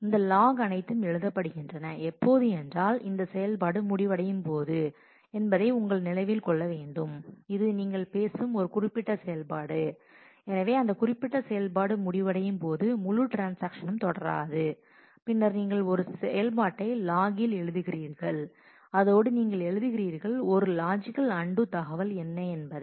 இந்த லாக் அனைத்தும் எழுதப்படுகின்றன எப்போது என்றால் இந்த செயல்பாடு முடிவடையும்போது என்பதை உங்களை நினைவில் கொள்ள வேண்டும் இது நீங்கள் பேசும் ஒரு குறிப்பிட்ட செயல்பாடு எனவே அந்த குறிப்பிட்ட செயல்பாடு முடிவடையும் போது முழு ட்ரான்ஸாக்ஷனும் தொடராது பின்னர் நீங்கள் ஒரு செயல்பாட்டை லாகில் எழுதுகிறீர்கள் அதோடு நீங்கள் எழுதுகிறீர்கள் ஒரு லாஜிக்கல் அன்டூ தகவல் என்ன என்பதை